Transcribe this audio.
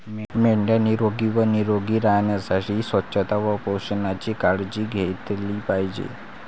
मेंढ्या निरोगी व निरोगी राहण्यासाठी स्वच्छता व पोषणाची काळजी घेतली पाहिजे